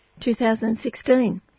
2016